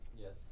Yes